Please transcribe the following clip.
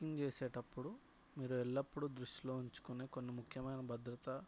biking చేసేటప్పుడు మీరు ఎల్లప్పుడూ దృష్టిలో ఉంచుకునే కొన్ని ముఖ్యమైన భద్రతా